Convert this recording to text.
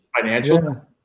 financial